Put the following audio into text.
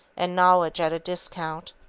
and knowledge at a discount.